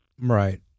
Right